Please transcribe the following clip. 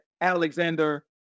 Alexander